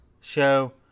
show